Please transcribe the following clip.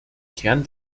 kern